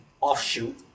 offshoot